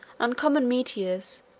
uncommon meteors,